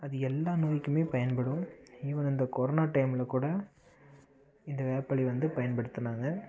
அது எல்லாம் நோய்க்கும் பயன்படும் ஈவன் இந்த கொரோனா டைமில் கூட இந்த வேப்பிலையை வந்து பயன்படுத்துனாங்க